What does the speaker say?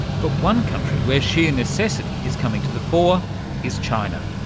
but one country where sheer necessity is coming to the fore is china.